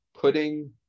putting